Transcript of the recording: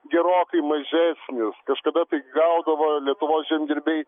gerokai mažesnis kažkada gaudavo lietuvos žemdirbiai